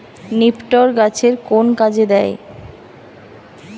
নিপটর গাছের কোন কাজে দেয়?